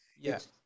Yes